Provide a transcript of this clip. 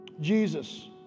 Jesus